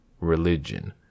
religion